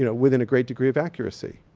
you know within a great degree of accuracy.